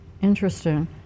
Interesting